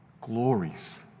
Glories